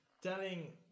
telling